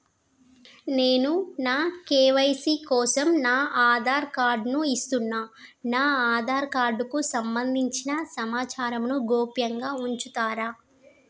నేను నా కే.వై.సీ కోసం నా ఆధార్ కార్డు ను ఇస్తున్నా నా ఆధార్ కార్డుకు సంబంధించిన సమాచారంను గోప్యంగా ఉంచుతరా?